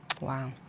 Wow